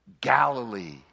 Galilee